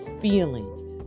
feeling